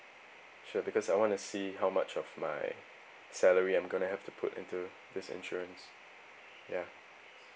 sure because I wanna see how much of my salary I'm gonna have to put into this insurance ya